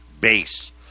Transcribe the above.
base